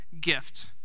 gift